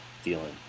feeling